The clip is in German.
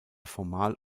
formal